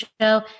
Show